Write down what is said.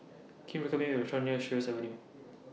Can YOU recommend Me A Restaurant near Sheares Avenue